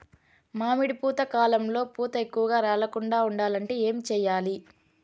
మామిడి పూత కాలంలో పూత ఎక్కువగా రాలకుండా ఉండాలంటే ఏమి చెయ్యాలి?